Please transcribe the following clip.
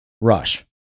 rush